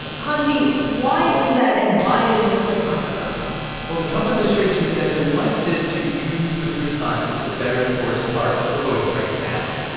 hansi, why is that, and why is this so controversial? well, the trump administration says it wants to use those responses to better enforce part of the voting rights act,